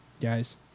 guys